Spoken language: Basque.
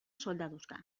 soldaduska